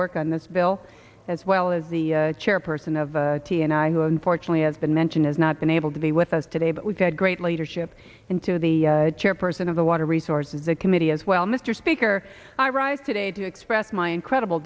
work on this bill as well as the chairperson of the t n i who unfortunately has been mentioned has not been able to be with us today but we've had great leadership into the chairperson of the water resource and the committee as well mr speaker i rise today to express my incredible